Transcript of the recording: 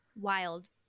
Wild